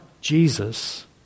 Jesus